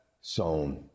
sown